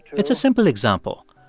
it's a simple example,